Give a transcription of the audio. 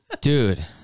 Dude